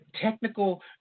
technical